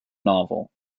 novel